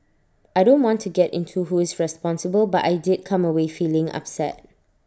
I don't want to get into who is responsible but I did come away feeling upset